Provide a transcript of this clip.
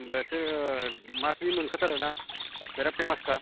बेसोर मासलि मोनखाथारोना बिराथ फेमासखा